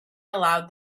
allowed